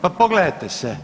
Pa pogledajte se!